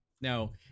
Now